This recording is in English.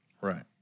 Right